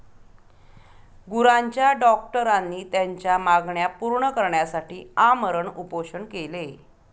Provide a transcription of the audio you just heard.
गुरांच्या डॉक्टरांनी त्यांच्या मागण्या पूर्ण करण्यासाठी आमरण उपोषण केले